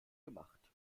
gemacht